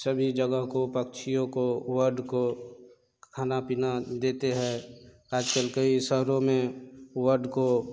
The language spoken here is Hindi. सभी जगह को पक्षियों को वड को खाना पीना देते है आजकल कई शहरों में वड को